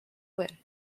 win